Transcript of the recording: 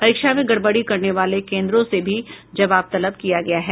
परीक्षा में गड़बड़ी करने वाले केन्द्रों से भी जवाब तलब किया गया है